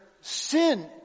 sin